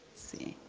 see.